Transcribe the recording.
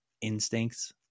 instincts